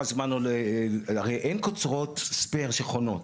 הרי אין קוצרות ספייר שחונות,